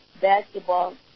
basketball